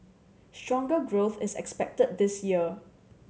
stronger growth is expected this year